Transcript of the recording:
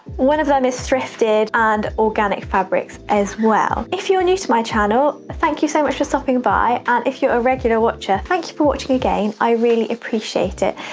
one of them is thrifted, and organic fabrics, as well. if you're new to my channel, thank you so much for stopping by, and if you're a regular watcher, thank you for watching again, i really appreciate it.